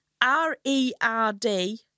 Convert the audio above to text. R-E-R-D